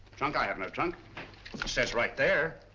trunk? i have no trunk. it says right there.